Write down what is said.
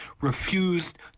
refused